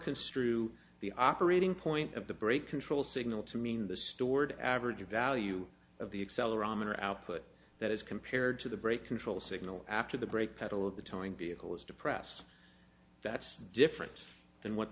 construe the operating point of the brake control signal to mean the stored average value of the accelerometer output that is compared to the brake control signal after the brake pedal of the towing vehicle is depressed that's different than what